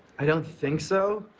i don't think so.